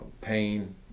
pain